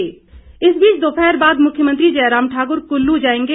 मुख्यमंत्री इस बीच दोपहर बाद मुख्यमंत्री जयराम ठाकुर कुल्लू जाएंगे